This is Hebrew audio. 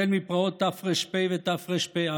מפרעות תר"פ ותרפ"א,